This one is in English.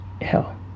hell